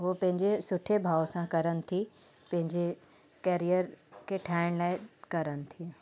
हो पंहिंजे सुठे भाव सां करनि थी पंहिंजे केरियर के ठाहिण लाइ करनि थी